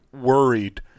worried